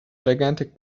gigantic